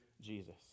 Jesus